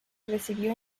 recibió